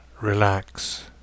relax